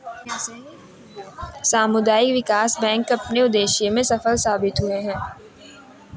सामुदायिक विकास बैंक अपने उद्देश्य में सफल साबित हुए हैं